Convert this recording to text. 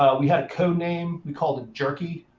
ah we had a code name. we called it jerky,